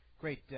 Great